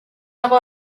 dago